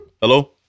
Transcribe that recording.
hello